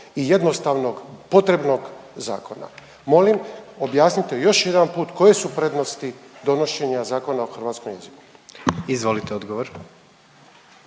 i jednostavnog, potrebnog zakona. Molim, objasnite još jedan put koje su prednosti donošenja Zakona o hrvatskom jeziku. **Jandroković,